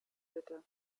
bitte